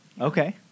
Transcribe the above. okay